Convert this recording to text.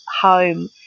home